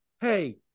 Hey